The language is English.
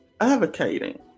advocating